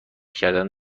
کردن